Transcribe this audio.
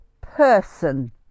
person